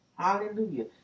Hallelujah